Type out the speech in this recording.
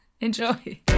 Enjoy